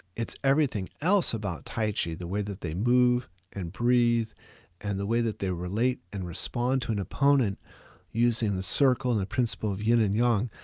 it's everything else about tai chi, the way that they move and breathe and the way that they relate and respond to an opponent using the circle and the principle of yin and yang,